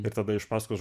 ir tada iš pasakos